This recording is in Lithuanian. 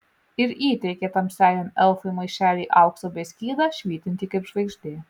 ir įteikė tamsiajam elfui maišelį aukso bei skydą švytintį kaip žvaigždė